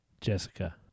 Jessica